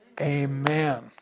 Amen